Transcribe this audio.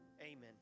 Amen